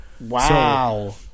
Wow